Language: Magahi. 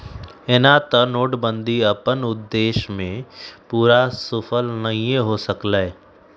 एना तऽ नोटबन्दि अप्पन उद्देश्य में पूरे सूफल नहीए हो सकलै